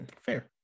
fair